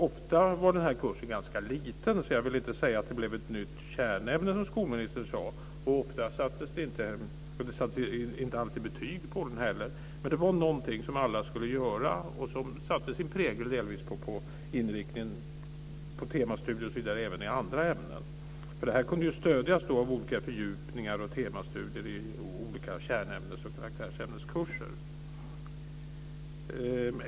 Ofta var kursen ganska liten. Jag vill inte säga att det blev fråga om ett nytt kärnämne, som skolministern sade. Ofta sattes inte heller betyg på kursen. Men det var någonting som alla skulle göra och som delvis satte sin prägel på inriktningen på temastudier även i andra ämnen. Det här kunde stödjas av olika fördjupningar och temastudier i olika kärnämnes och karaktärsämneskurser.